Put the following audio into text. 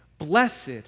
Blessed